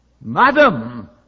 Madam